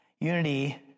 Unity